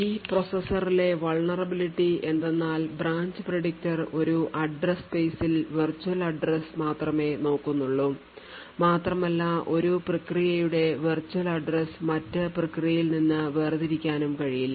ഈ പ്രോസസ്സറിലെ vulnerability എന്തെന്നാൽ ബ്രാഞ്ച് predictor ഒരു address space ൽ virtual address മാത്രമേ നോക്കുന്നുള്ളൂ മാത്രമല്ല ഒരു പ്രക്രിയയുടെ virtual address മറ്റ് പ്രക്രിയയിൽ നിന്ന് വേർതിരിക്കാനും കഴിയില്ല